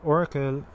Oracle